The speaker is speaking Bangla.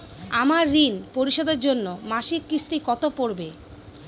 আমার ঋণ পরিশোধের জন্য মাসিক কিস্তি কত পড়বে?